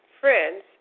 friends